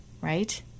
Right